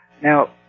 Now